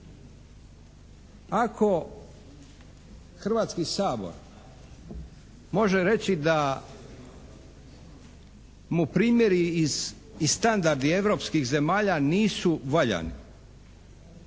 Ako Hrvatski sabor može reći da mu primjeri i standardi europskih zemalja nisu valjani,